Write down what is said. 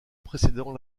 précédant